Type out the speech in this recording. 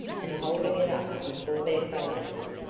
and holding it up before their faces,